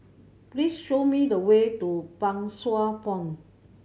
please show me the way to Pang Sua Pond